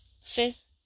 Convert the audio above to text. fifth